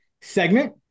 segment